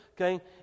okay